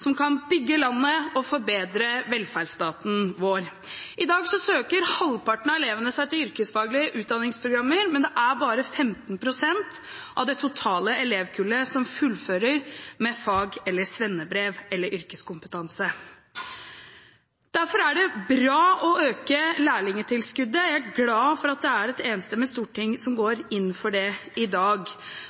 som kan bygge landet og forbedre velferdsstaten vår. I dag søker halvparten av elevene seg til yrkesfaglige utdanningsprogrammer, men det er bare 15 pst. av det totale elevkullet som fullfører med fag- eller svennebrev, eller med yrkeskompetanse. Derfor er det bra å øke lærlingtilskuddet, og jeg er glad for at et enstemmig storting går inn for det i dag,